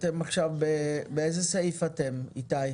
באיזה סעיף אתם עכשיו?